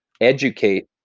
educate